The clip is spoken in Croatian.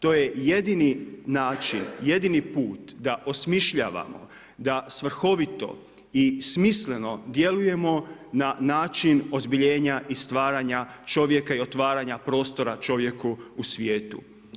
To je jedini način, jedini put da osmišljavamo, da svrhovito i smisleno djelujemo na način ozbiljenja i stvaranja čovjeka i otvaranja prostora čovjeku u svijetu.